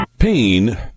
pain